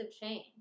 change